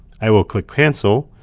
i will click cancel,